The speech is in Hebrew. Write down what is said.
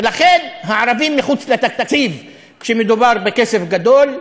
ולכן הערבים מחוץ לתקציב כשמדובר בכסף גדול,